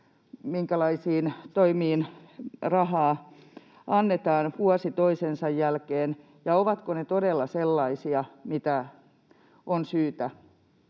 minkälaisiin toimiin rahaa annetaan vuosi toisensa jälkeen, ja ovatko ne todella sellaisia, mitä on syytä